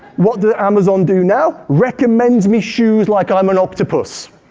what does amazon do now? recommend me shoes like i'm an octopus.